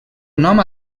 nom